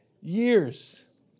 years